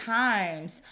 times